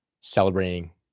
celebrating